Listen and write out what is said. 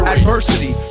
Adversity